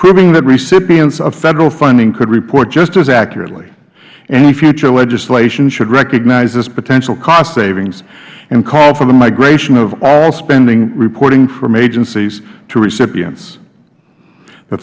proving that recipients of federal funding could report just as accurately any future legislation should recognize this potential cost savings and call for the migration of all spending reporting from agencies to recipients the